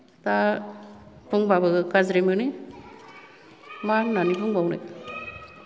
दा बुंबाबो गाज्रि मोनो मा होन्नानै बुंबावनो